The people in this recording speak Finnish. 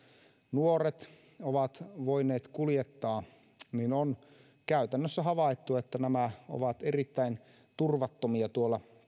nuoret ovat voineet kuljettaa niin on käytännössä havaittu että nämä ovat erittäin turvattomia tuolla